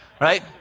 right